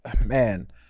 Man